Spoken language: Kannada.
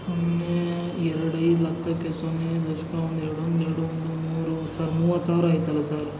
ಸೊನ್ನೆ ಎರಡು ಐದು ಹತ್ಲಕ್ಕೆ ಸೊನ್ನೆ ದಶಕ ಒಂದು ಎರಡ್ಲೊಂದು ಎರಡು ಮೂರು ಸರ್ ಮೂವತ್ತು ಸಾವಿರ ಆಯ್ತಲ್ಲ ಸರ್